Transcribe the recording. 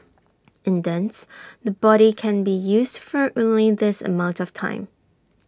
in dance the body can be used for only this amount of time